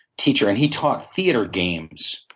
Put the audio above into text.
teacher, and he taught theatre games.